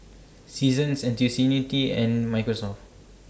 Seasons Ntuc Unity and Microsoft